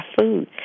food